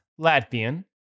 Latvian